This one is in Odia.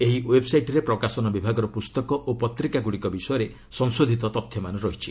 ଏହି ଓ୍ୱେବ୍ସାଇଟ୍ରେ ପ୍ରକାଶନ ବିଭାଗର ପୁସ୍ତକ ଓ ପତ୍ରିକାଗୁଡ଼ିକ ବିଷୟରେ ସଂଶୋଧିତ ତଥ୍ୟମାନ ରହିଛି